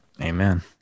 Amen